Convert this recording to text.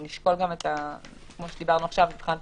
נשקול, כמו שדיברנו עכשיו, את